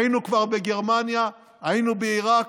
היינו כבר בגרמניה, היינו בעיראק,